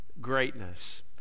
greatness